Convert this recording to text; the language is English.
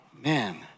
man